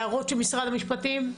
הערות של משרד המשפטים?